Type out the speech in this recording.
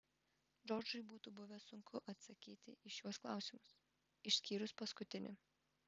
džordžui būtų buvę sunku atsakyti į šiuos klausimus išskyrus paskutinį